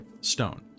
stone